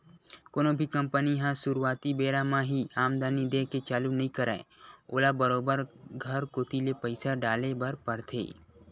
कोनो भी कंपनी ह सुरुवाती बेरा म ही आमदानी देय के चालू नइ करय ओला बरोबर घर कोती ले पइसा डाले बर परथे